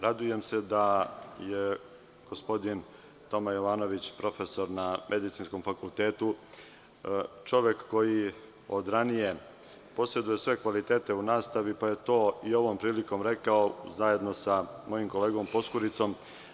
Radujem se da je gospodin Toma Jovanović, profesor na Medicinskom fakultetu, čovek koji od ranije poseduje sve kvalitete u nastavi, pa je to i ovom prilikom rekao zajedno sa mojim kolegom Poskuricom.